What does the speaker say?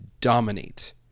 dominate